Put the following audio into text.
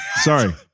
sorry